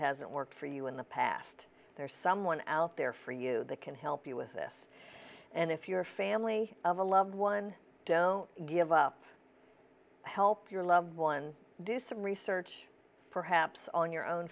hasn't worked for you in the past there's someone out there for you that can help you with this and if your family of a loved one don't give up help your loved ones do some research perhaps on your own